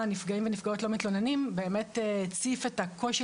הנפגעים והנפגעות לא מתלוננים באמת הציף את הקושי,